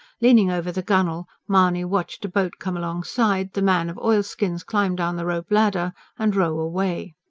leaning over the gunwale mahony watched a boat come alongside, the man of oilskins climb down the rope-ladder and row away.